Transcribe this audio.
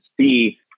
see